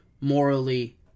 morally